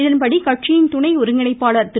இதன்படி கட்சியின் துணை ஒருங்கிணைப்பாளர் திரு